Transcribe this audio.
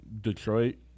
Detroit